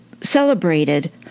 celebrated